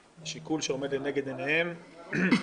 זה מצטרף לזה שמדינת ישראל היא המדינה היחידה